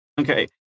Okay